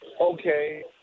okay